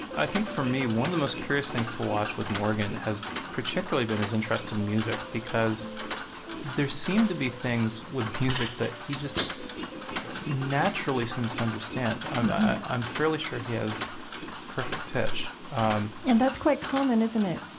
i think, for me, one of the most curious things to watch with morgan has particularly been his interest in music, because there seemed to be things with music that he just naturally seems to understand. i'm fairly sure he has perfect pitch um and that's quite common, isn't it?